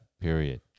Period